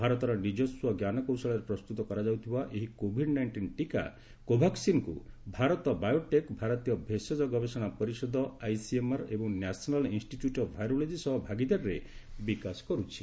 ଭାରତର ନିଜସ୍ୱ ଜ୍ଞାନ କୌଶଳରେ ପ୍ରସ୍ତୁତ କରାଯାଉଥିବା ଏହି କୋଭିଡ୍ ନାଇଷ୍ଟିନ ଟୀକା କୋଭାକ୍ସିନକୁ ଭାରତ ବାୟୋଟେକ୍ ଭାରତୀୟ ଭେଷଜ ଗବେଷଣା ପରିଷଦଆଇସିଏମଆର ଏବଂ ନ୍ୟାଶନାଲ ଇନ୍ଷ୍ଟିଚ୍ୟୁଟ ଅଫ ଭାଇରୋଲୋଜି ସହ ଭାଗିଦାରୀରେ ବିକାଶ କରୁଛି